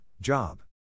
Job